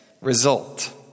result